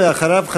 ואחריו,